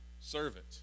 servant